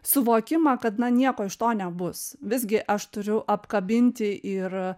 suvokimą kad na nieko iš to nebus visgi aš turiu apkabinti ir a